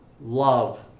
love